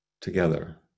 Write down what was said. together